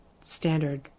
standard